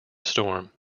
storm